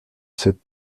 cette